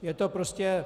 Je to prostě...